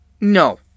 no